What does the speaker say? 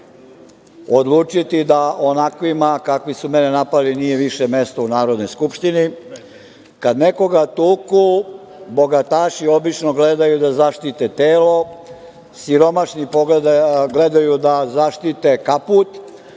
odlučiti da onakvima kakvi su mene napali nije više mesto u Narodnoj skupštini. Kad nekoga tuku, bogataši obično gledaju da zaštite telo, siromašni gledaju da zaštite kaput,